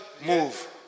move